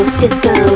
disco